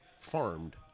farmed